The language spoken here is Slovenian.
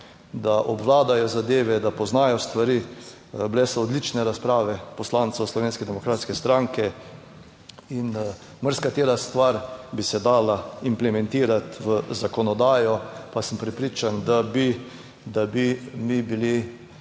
da obvladajo zadeve, da poznajo stvari. bile so odlične razprave poslancev Slovenske demokratske stranke. In marsikatera stvar bi se dala implementirati v zakonodajo, pa sem prepričan, da bi, da bi